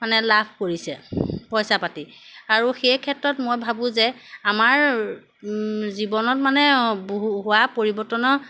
মানে লাভ কৰিছে পইচা পাতি আৰু সেই ক্ষেত্ৰত মই ভাবোঁ যে আমাৰ জীৱনত মানে বহু হোৱা পৰিৱৰ্তনৰ